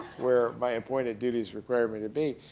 where my appointed duties required me to be,